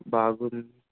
బాగుంది